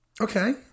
Okay